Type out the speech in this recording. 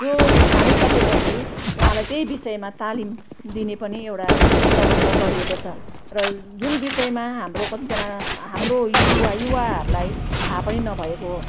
त्यो छानिसकेपछि उहाँलाई त्यही विषयमा तालिम दिने पनि एउटा प्रबन्ध गरिएको छ र जुन विषयमा हाम्रो कतिजना हाम्रो युवा युवाहरूलाई थाहा पनि नभएको